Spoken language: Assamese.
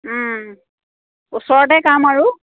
ওচৰতে কাম আৰু